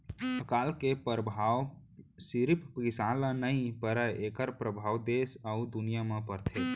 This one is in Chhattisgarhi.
अकाल के परभाव सिरिफ किसान ल नइ परय एखर परभाव देस अउ दुनिया म परथे